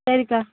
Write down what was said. சரிக்கா